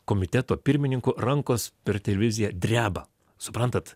komiteto pirmininko rankos per televiziją dreba suprantat